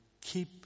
keep